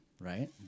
right